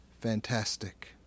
fantastic